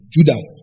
Judah